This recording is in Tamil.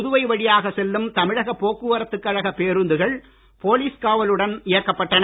புதுவை வழியாக செல்லும் தமிழக போக்குவரத்துக் பேருந்துகள் போலீஸ் கழக காவலுடன் இயக்கப்பட்டன